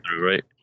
right